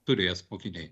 turės mokiniai